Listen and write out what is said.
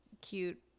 cute